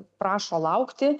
prašo laukti